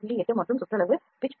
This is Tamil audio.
8 மற்றும் சுற்றளவு pitch 0